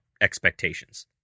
expectations